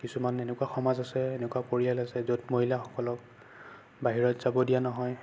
কিছুমান এনেকুৱা সমাজ আছে এনেকুৱা পৰিয়াল আছে য'ত মহিলাসকলক বাহিৰত যাবলৈ দিয়া নহয়